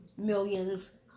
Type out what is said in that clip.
Millions